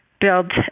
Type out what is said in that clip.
build